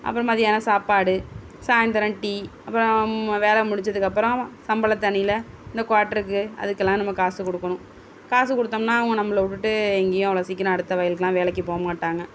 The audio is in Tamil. அப்புறம் மத்தியானம் சாப்பாடு சாய்ந்திரம் டீ அப்புறம் வேலை முடித்ததுக்கு அப்புறம் சம்பளத்து அன்னியில் இந்த குவாட்ருக்கு அதுக்கெல்லாம் நம்ம காசு கொடுக்குணும் காசு கொடுத்தோம்னா அவங்க நம்மள விட்டுட்டு எங்கேயும் அவ்வளோ சீக்கிரம் அடுத்த வயலுக்கெலாம் வேலைக்கு போகமாட்டாங்க